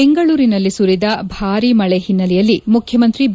ಬೆಂಗಳೂರಿನಲ್ಲಿ ಸುರಿದ ಭಾರೀ ಮಳೆ ಹಿನ್ನೆಲೆಯಲ್ಲಿ ಮುಖ್ಯಮಂತ್ರಿ ಬಿ